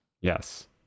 Yes